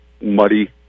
muddy